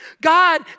God